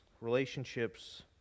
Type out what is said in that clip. relationships